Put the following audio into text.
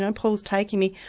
ah paul's taking me,